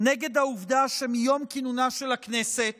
נגד העובדה שמיום כינונה של הכנסת